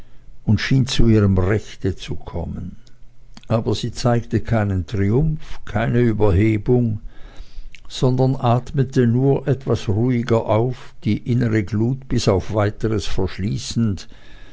und schien zu ihrem rechte zu kommen aber sie zeigte keinen triumph keine überhebung sondern atmete nur etwas ruhiger auf die innere glut bis auf weiteres verschließend